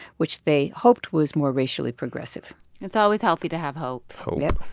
which they hoped was more racially progressive it's always healthy to have hope hope yup